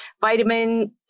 vitamin